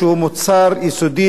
שהם מוצר יסודי,